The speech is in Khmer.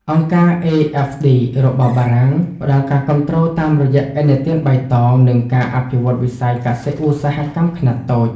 អង្គការ AFD (របស់បារាំង) ផ្ដល់ការគាំទ្រតាមរយៈ "ឥណទានបៃតង" និងការអភិវឌ្ឍវិស័យកសិ-ឧស្សាហកម្មខ្នាតតូច។